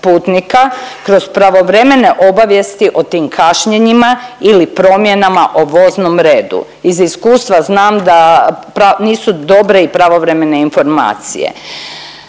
kroz pravovremene obavijesti o tim kašnjenjima ili promjena o voznom redu. Iz iskustva znam da nisu dobre i pravovremene informacije.